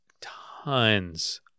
tons